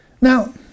Now